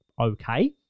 okay